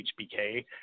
HBK